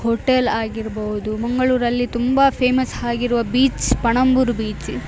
hotel ಆಗಿರ್ಬೋದು ಮಂಗಳೂರಲ್ಲಿ ತುಂಬ ಫೇಮಸ್ ಆಗಿರುವ ಬೀಚ್ ಪಣಂಬೂರು ಬೀಚ್